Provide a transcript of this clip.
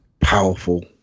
powerful